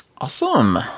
Awesome